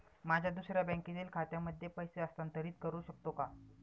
माझ्या दुसऱ्या बँकेतील खात्यामध्ये पैसे हस्तांतरित करू शकतो का?